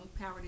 Power